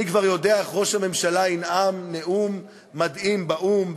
אני כבר יודע איך ראש הממשלה ינאם נאום מדהים באו"ם,